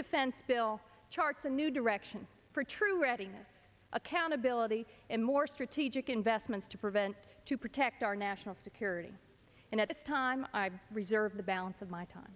defense bill charts a new direction for true readiness accountability and more strategic investments to prevent to protect our national security and at this time i reserve the balance of my time